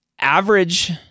average